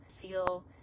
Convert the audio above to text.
feel